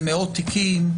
זה מאות תיקים,